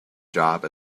job